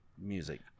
music